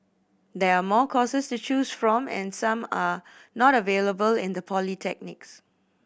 there are more courses to choose from and some are not available in the polytechnics